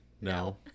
No